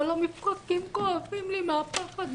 כל המפרקים כואבים לי מהפחד,